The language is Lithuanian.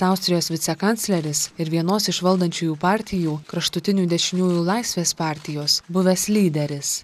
austrijos vicekancleris ir vienos iš valdančiųjų partijų kraštutinių dešiniųjų laisvės partijos buvęs lyderis